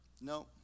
No